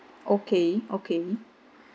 okay okay